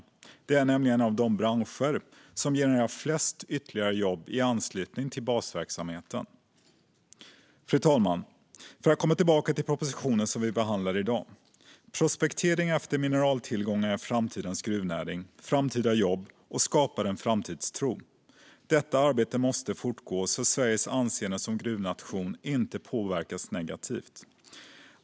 Detta är nämligen en av de branscher som genererar flest ytterligare jobb i anslutning till basverksamheten. Fru talman! Jag ska komma tillbaka till propositionen som vi behandlar i dag. Prospektering efter mineraltillgångar är framtidens gruvnäring. Det skapar framtida jobb och en framtidstro. Detta arbete måste fortgå så att Sveriges anseende som gruvnation inte påverkas negativt.